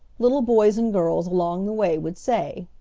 little boys and girls along the way would say.